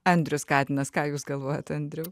andrius katinas ką jūs galvojat andriau